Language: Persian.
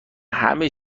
همه